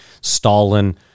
Stalin